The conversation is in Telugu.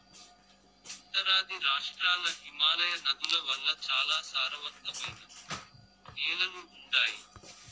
ఉత్తరాది రాష్ట్రాల్ల హిమాలయ నదుల వల్ల చాలా సారవంతమైన నేలలు ఉండాయి